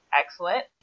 excellent